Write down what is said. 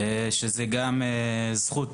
שזה זכות